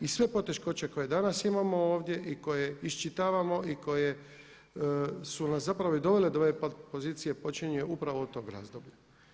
I sve poteškoće koje danas imamo ovdje i koje iščitavamo i koje su nas zapravo i dovele do ove pozicije počinje upravo od toga razdoblja.